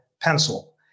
pencil